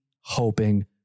hoping